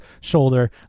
shoulder